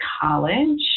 college